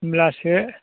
होनब्लासो